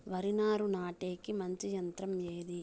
వరి నారు నాటేకి మంచి యంత్రం ఏది?